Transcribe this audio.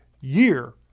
year